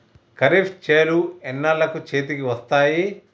ఖరీఫ్ చేలు ఎన్నాళ్ళకు చేతికి వస్తాయి?